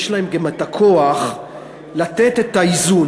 יש להן גם כוח לתת את האיזון.